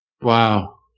Wow